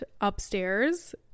upstairs